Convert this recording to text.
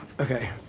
Okay